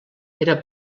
era